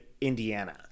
indiana